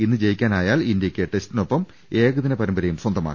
ഇന്ന് ജയിക്കാനായാൽ ഇന്ത്യയ്ക്ക് ടെസ്റ്റിനൊപ്പം ഏകദിന പരമ്പരയും സ്വന്തമാക്കാം